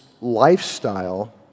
lifestyle